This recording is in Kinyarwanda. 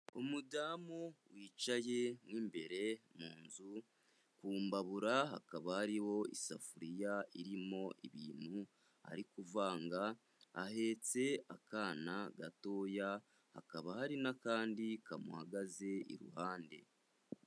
Umudamu wicaye mo imbere mu nzu; ku mbabura hakaba hariho isafuriya irimo ibintu ari kuvanga, ahetse akana gatoya hakaba hari n'akandi kamuhagaze iruhande.